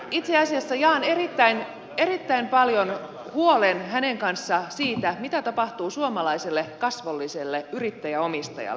itse asiassa jaan erittäin paljon hänen kanssaan huolen siitä mitä tapahtuu suomalaiselle kasvolliselle yrittäjäomistajalle